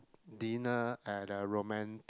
dinner at a romantic